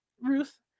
ruth